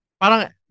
parang